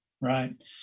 Right